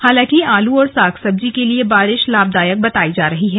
हालांकि आलू और साग सब्जी के लिए बारिश लाभदायक बताई जा रही है